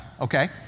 okay